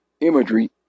imagery